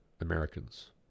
Americans